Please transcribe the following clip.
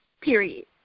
period